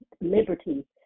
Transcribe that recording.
liberty